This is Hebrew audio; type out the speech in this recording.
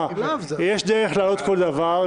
יש דרך להעלות כל דבר,